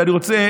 ואני רוצה